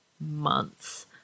months